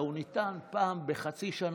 אלא הוא ניתן פעם בחצי שנה,